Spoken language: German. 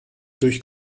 durch